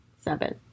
seven